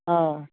हय